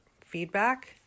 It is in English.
feedback